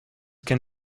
can